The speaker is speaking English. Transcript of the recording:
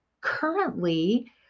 currently